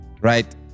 right